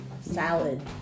salad